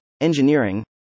engineering